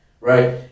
right